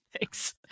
Thanks